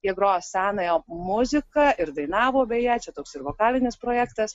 jie grojo senąją muziką ir dainavo beje čia toks ir vokalinis projektas